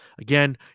Again